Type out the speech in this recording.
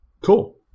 cool